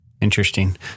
Interesting